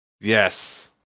Yes